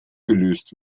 gelöst